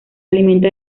alimenta